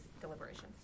deliberations